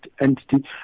entity